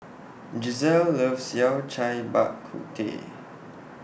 Giselle loves Yao Cai Bak Kut Teh